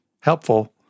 helpful